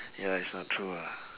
yes ah true ah